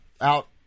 out